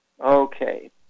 Okay